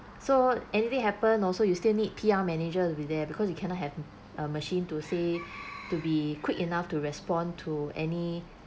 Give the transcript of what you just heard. so anything happen also you still need P_R manager to be there because you cannot have a machine to say to be quick enough to respond to any